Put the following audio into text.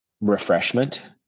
refreshment